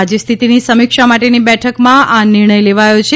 આજે સ્થિતિની સમીક્ષા માટેની બેઠકમાં આ નીર્ણય લેવાયો છે